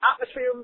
atmosphere